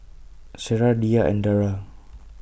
Sarah Dhia and Dara